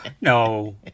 No